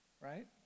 right